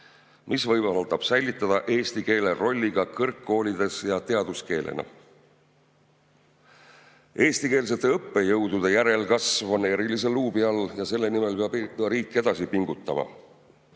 mis võimaldab säilitada eesti keele rolli ka kõrgkoolides ja teaduskeelena. Eestikeelsete õppejõudude järelkasv on erilise luubi all ja selle nimel peab riik edasi pingutama.